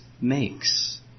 makes